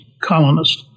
colonist